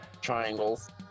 Triangles